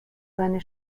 seine